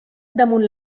damunt